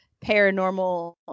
paranormal